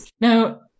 Now